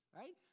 right